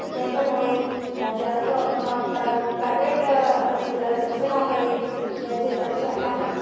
त्याच्यामुळे जास्त म प्राय प्रायवेट शिक्षणाकडे यांचे लक्ष आहे